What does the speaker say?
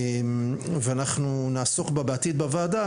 ואנחנו נעסוק בה בעתיד בוועדה,